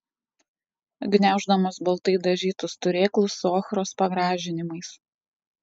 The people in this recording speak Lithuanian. gniauždamas baltai dažytus turėklus su ochros pagražinimais